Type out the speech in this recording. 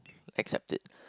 accept it